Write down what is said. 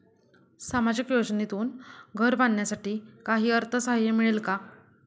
सामाजिक योजनेतून घर बांधण्यासाठी काही अर्थसहाय्य मिळेल का?